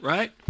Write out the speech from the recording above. Right